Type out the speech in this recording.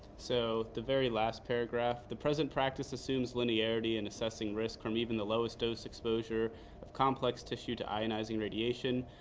so the very last paragraph, the present practice assumes linearity in assessing risk from even the lowest dose exposure of complex tissue to ionizing radiation.